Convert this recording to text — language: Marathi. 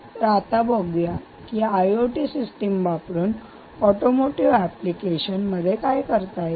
तर आता बघूया की आयओटी सिस्टीम वापरून ऑटोमोटीव एप्लीकेशन मध्ये काय करता येईल